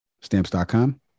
stamps.com